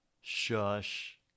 Shush